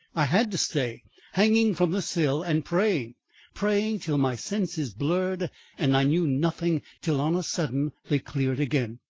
i had to stay hanging from the sill and praying praying till my senses blurred and i knew nothing till on a sudden they cleared again,